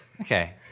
okay